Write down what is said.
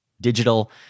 digital